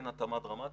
אין התאמה דרמטית,